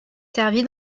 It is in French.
servie